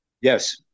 Yes